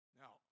Now